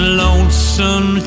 lonesome